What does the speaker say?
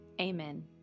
amen